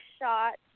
shot